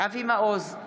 אבי מעוז,